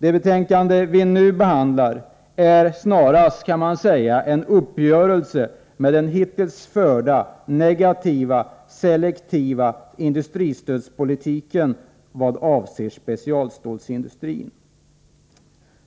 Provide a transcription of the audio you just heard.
Det vi nu behandlar är snarast en uppgörelse med den hittills förda negativa selektiva industristödspolitiken vad avser specialstålsindustrin.